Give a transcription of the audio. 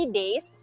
days